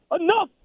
Enough